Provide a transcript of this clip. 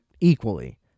equally